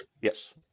Yes